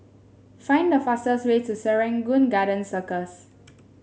find the fastest way to Serangoon Garden Circus